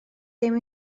ddim